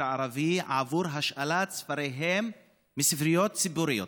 ערבים בהשאלת ספריהם מספריות ציבוריות.